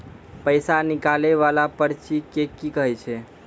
पैसा निकाले वाला पर्ची के की कहै छै?